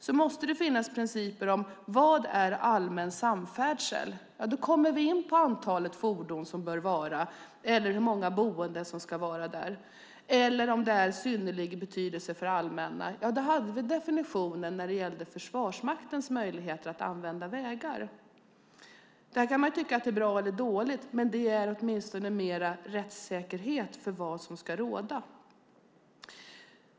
Det måste finnas principer om vad som är allmän samfärdsel. Då kommer vi in på antalet fordon som bör vara, hur många boende som ska finnas där eller om det är av synnerlig betydelse för det allmänna. Där hade vi definitionen när det gällde Försvarsmaktens möjlighet att använda vägar. Sedan kan man tycka att detta är bra eller dåligt, men det ger åtminstone mer rättssäkerhet för vad som ska råda.